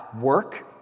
work